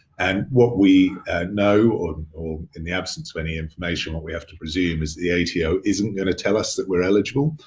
and what we know or or in the absence of any information what we have to presume is the ato isn't gonna tell us that we're eligible.